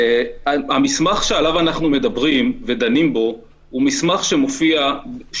המסמך עליו אנחנו מדברים ודנים בו הוא מסמך שנכתב